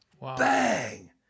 bang